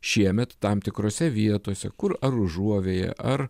šiemet tam tikrose vietose kur ar užuovėja ar